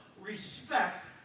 respect